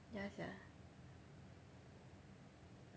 ya sia